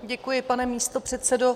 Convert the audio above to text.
Děkuji, pane místopředsedo.